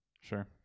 Sure